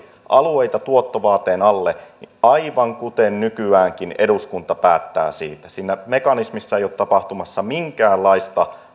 alueita tuottovaateen alle niin aivan kuten nykyäänkin eduskunta päättää siitä siinä mekanismissa ei ole tapahtumassa minkäänlaista